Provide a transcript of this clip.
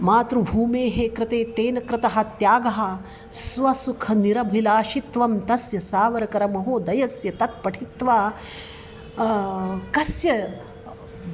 मातृभूमेः कृते तेन कृतः त्यागः स्वसुखनिरभिलाशित्वं तस्य सावर्करमहोदयस्य तत् पठित्वा कस्य